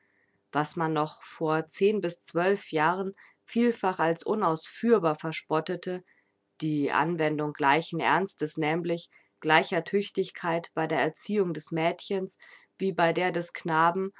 was man noch vor zehn bis zwölf jahren vielfach als unausführbar verspottete die anwendung gleichen ernstes nämlich gleicher tüchtigkeit bei der erziehung des mädchens wie bei der des knaben